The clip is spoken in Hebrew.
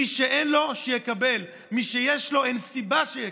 מי שאין לו, שיקבל, מי שיש לו, אין סיבה שיקבל.